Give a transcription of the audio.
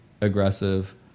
aggressive